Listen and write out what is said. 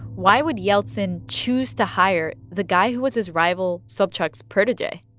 why would yeltsin choose to hire the guy who was his rival sobchak's protege?